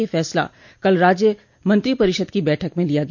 यह फैसला कल राज्य मंत्रिपरिषद की बैठक में लिया गया